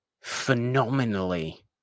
phenomenally